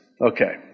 Okay